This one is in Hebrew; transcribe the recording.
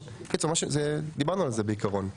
דיברנו על זה בעקרון.